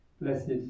Blessed